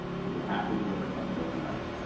because you have to deliver something overnight.